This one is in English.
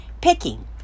Picking